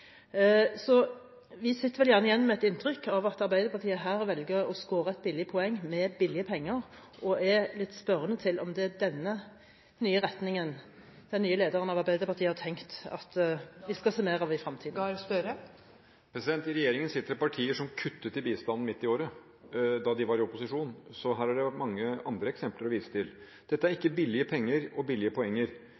Så vi sitter vel gjerne igjen med et inntrykk av at Arbeiderpartiet her velger å skåre et billig poeng, med billige penger, og jeg er litt spørrende til om det er denne nye retningen den nye lederen av Arbeiderpartiet har tenkt at vi skal se mer av i fremtiden. I regjeringen sitter partier som kuttet i bistanden midt i året da de var i opposisjon, så her er det mange andre eksempler å vise til. Dette er